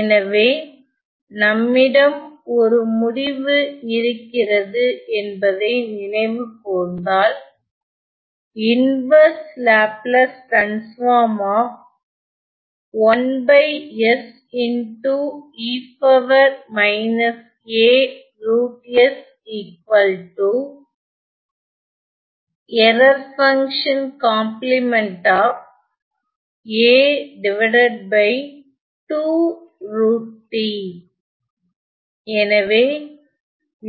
எனவே நம்மிடம் ஒரு முடிவு இருக்கிறது என்பதை நினைவு கூர்ந்தால் L 1 e a r fC எனவே